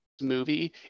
movie